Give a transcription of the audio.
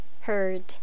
heard